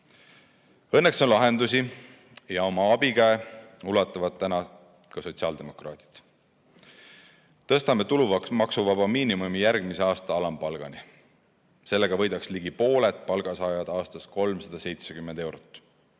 Õnneks on lahendusi, ja oma abikäe ulatavad täna ka sotsiaaldemokraadid. Tõstame tulumaksuvaba miinimumi järgmise aasta alampalgani. Sellega võidaks ligi pooled palgasaajad aastas 370 eurot.